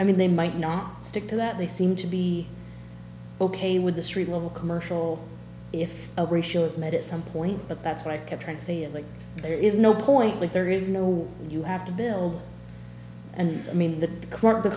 i mean they might not stick to that they seem to be ok with the street level commercial if ratios made it some point but that's what i kept trying to say it like there is no point that there is no you have to build and i mean that the